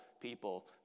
people